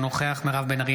אינו נוכח מירב בן ארי,